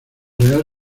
real